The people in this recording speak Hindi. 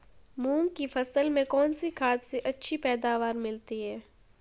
मूंग की फसल में कौनसी खाद से अच्छी पैदावार मिलती है?